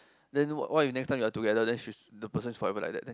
then what what if next time you are together and she's that person forever like that then